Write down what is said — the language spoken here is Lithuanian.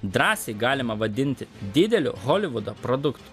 drąsiai galima vadinti dideliu holivudo produktu